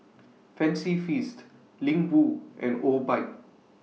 Fancy Feast Ling Wu and Obike